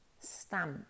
stamp